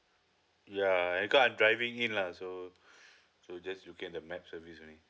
yeah and because I'm driving in lah so so just look at the map service only